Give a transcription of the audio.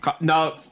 No